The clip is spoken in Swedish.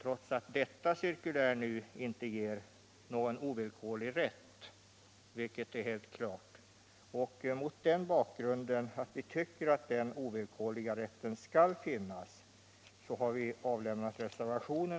Mot denna bakgrund vill jag yrka bifall till reservationen.